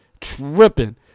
tripping